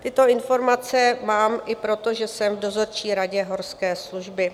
Tyto informace mám i proto, že jsem v dozorčí radě Horské služby.